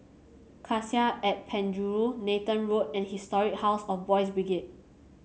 Cassia at Penjuru Nathan Road and Historic House of Boys' Brigade